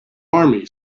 army